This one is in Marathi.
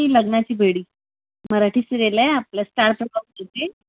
मी लग्नाची बेडी मराठी सिरीयल आहे आपल्या स्टार प्रवाहवर होती